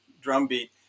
drumbeat